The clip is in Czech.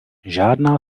žádná